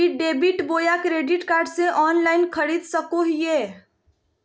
ई debit बोया credit card से online खरीद सको हिए?